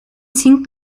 sind